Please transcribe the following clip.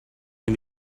can